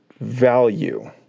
value